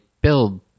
build